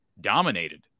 dominated